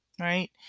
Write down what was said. right